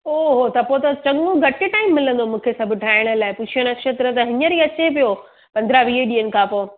ओ हो त पोइ चङो घटि टाइम मिलंदो मूंखे सभु ठाहिण लाइ पुष्य नक्षत्र त हींअर ई अचे पियो पंद्रहं वीह ॾींहनि खां पोइ